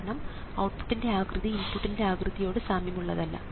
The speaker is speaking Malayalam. കാരണം ഔട്ട്പുട്ടിൻറെ ആകൃതി ഇൻപുട്ടിൻറെ ആകൃതിയോട് സാമ്യമുള്ളതല്ല